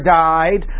died